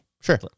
Sure